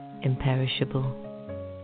imperishable